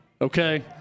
okay